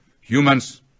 humans